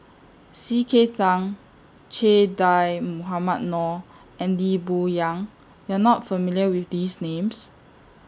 C K Tang Che Dah Mohamed Noor and Lee Boon Yang YOU Are not familiar with These Names